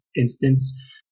instance